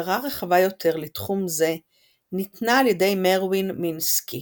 הגדרה רחבה יותר לתחום זה ניתנה על ידי מרווין מינסקי